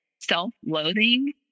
self-loathing